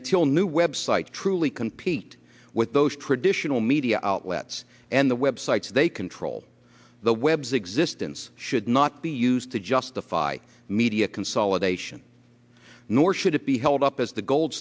until new website truly compete with those traditional media outlets and the websites they control the webs existence should not be used to justify media consolidation nor should it be held up as the gold